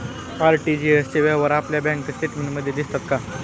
RTGS चे व्यवहार आपल्या बँक स्टेटमेंटमध्ये दिसतात का?